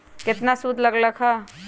केतना सूद लग लक ह?